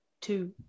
two